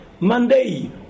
Monday